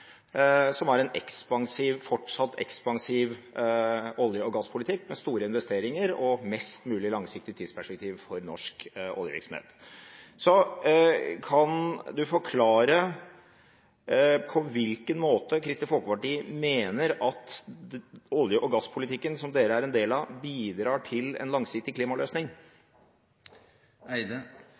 som er en fortsatt ekspansiv olje- og gasspolitikk, med store investeringer og et mest mulig langsiktig tidsperspektiv for norsk oljevirksomhet. Kan representanten forklare på hvilken måte Kristelig Folkeparti mener at olje- og gasspolitikken, som Kristelig Folkeparti er en del av, bidrar til en langsiktig klimaløsning?